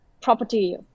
property